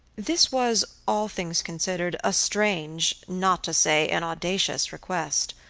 this was, all things considered, a strange, not to say, an audacious request.